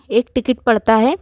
एक टिकट पड़ता है